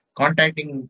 contacting